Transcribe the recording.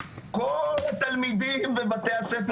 כל התלמידים בבתי הספר,